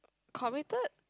committed